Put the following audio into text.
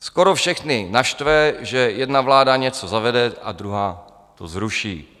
Skoro všechny naštve, že jedna vláda něco zavede a druhá to zruší.